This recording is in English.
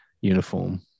uniform